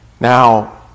Now